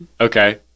Okay